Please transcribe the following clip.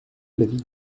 l’avis